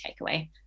takeaway